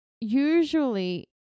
usually